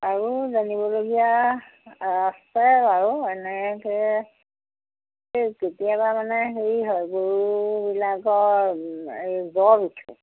আৰু জানিবলগীয়া আছে বাৰু এনেকে এই কেতিয়াবা মানে হেৰি হয় গৰুবিলাকৰ এই জ্বৰ উঠে